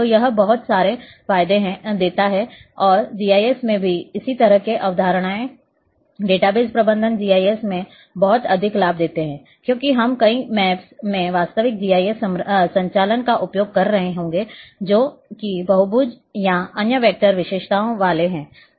तो यह बहुत सारे फायदे देता है और जीआईएस में भी इस तरह की अवधारणा डेटाबेस प्रबंधन जीआईएस में बहुत अधिक लाभ देता है क्योंकि हम कई मैप्स में वास्तविक जीआईएस संचालन का उपयोग कर रहे होंगे जो कि बहुभुज या अन्य वेक्टर विशेषताओं वाले हैं